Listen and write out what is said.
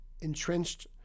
entrenched